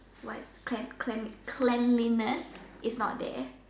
what clean clean cleanliness is not there